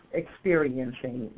experiencing